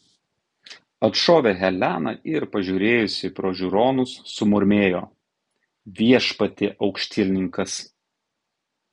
atšovė helena ir pažiūrėjusi pro žiūronus sumurmėjo viešpatie aukštielninkas